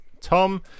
Tom